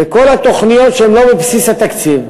ולכל התוכניות שהן לא בבסיס התקציב,